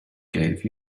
gave